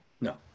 no